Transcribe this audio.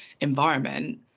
environment